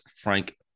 Frank